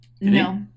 No